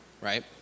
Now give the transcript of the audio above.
right